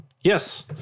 Yes